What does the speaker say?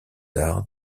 arts